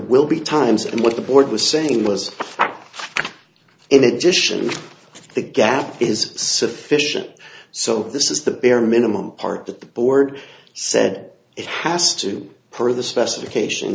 will be times in what the board was saying was that in addition to the gap is sufficient so this is the bare minimum part that the board said it has to per the specification